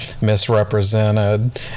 misrepresented